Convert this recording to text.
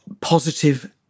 positive